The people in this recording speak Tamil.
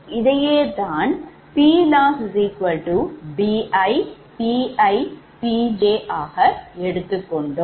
இதையே நான் PLossBiPiPj ஆக எடுத்துக் கொண்டோம்